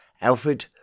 Alfred